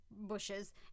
bushes